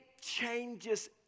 changes